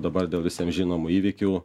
dabar dėl visiem žinomų įvykių